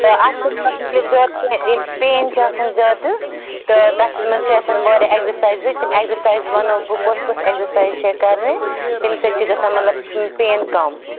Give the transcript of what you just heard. اَتھ چھِنہٕ زیادٕ کیٚنٛہہ یہِ پین چھِ آسان زیادٕ تہٕ تتھ مَنٛز چھِ آسان واریاہ اٮ۪گزَسایزٕ تِم اٮ۪گزَسایزٕ وَنو بہٕ کۄس کۄس اٮ۪گزَسایَز چھےٚ کَرنہِ تَمہِ سۭتۍ چھِ گَژھان مَطلب پین کم